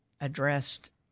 addressed